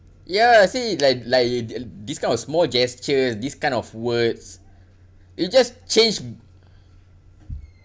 ya see like like i~ thi~ this kind of small gestures this kind of words it just change